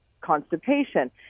constipation